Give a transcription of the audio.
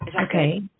Okay